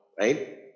right